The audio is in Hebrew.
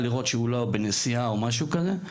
כדי לוודא שהוא לא פשוט בנסיעה או משהו כזה,